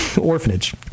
Orphanage